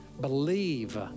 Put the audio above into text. Believe